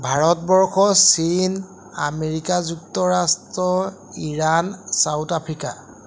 ভাৰতবৰ্ষ চীন আমেৰিকা যুক্তৰাষ্ট্ৰ Iran South Africa